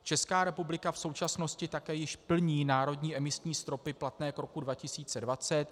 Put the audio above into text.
Česká republika v současnosti také již plní národní emisní stropy platné k roku 2020.